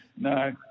No